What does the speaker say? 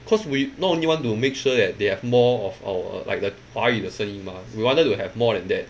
cause we not only want to make sure that they have more of our like the 华语的声音 mah we wanted to have more than that